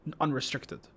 unrestricted